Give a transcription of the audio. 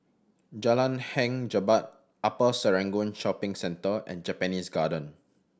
Jalan Hang Jebat Upper Serangoon Shopping Centre and Japanese Garden